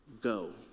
Go